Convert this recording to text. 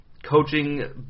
Coaching